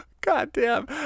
Goddamn